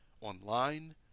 online